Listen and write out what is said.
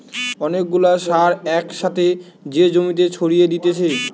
অনেক গুলা সার এক সাথে যে জমিতে ছড়িয়ে দিতেছে